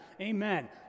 Amen